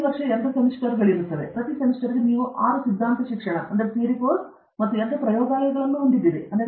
ಪ್ರತಿ ವರ್ಷ 2 ಸೆಮಿಸ್ಟರ್ಗಳಾಗಿ ವಿಂಗಡಿಸಲಾಗಿದೆ ಪ್ರತಿ ಸೆಮಿಸ್ಟರ್ಗೆ ನೀವು 6 ಸಿದ್ಧಾಂತ ಶಿಕ್ಷಣ ಮತ್ತು 2 ಪ್ರಯೋಗಾಲಯಗಳನ್ನು ಹೊಂದಿದ್ದೀರಿ